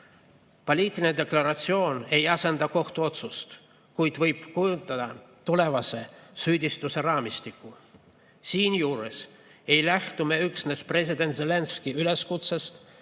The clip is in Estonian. Poliitiline deklaratsioon ei asenda kohtuotsust, kuid võib kujundada tulevase süüdistuse raamistiku. Siinjuures ei lähtu me üksnes president Zelenskõi üleskutsest